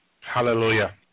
hallelujah